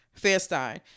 Fairstein